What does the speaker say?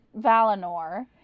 Valinor